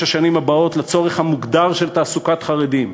השנים הבאות לצורך המוגדר של תעסוקת חרדים